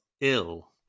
ill